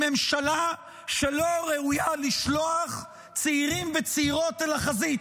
ממשלה שלא ראויה לשלוח צעירים וצעירות אל חזית.